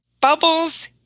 Bubbles